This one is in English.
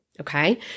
Okay